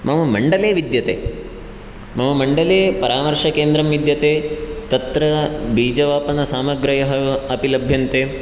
मम मण्डले विद्यते मम मण्डले परामर्शकेन्द्रं विद्यते तत्र बीजवपनसामग्र्यः अपि लभ्यन्ते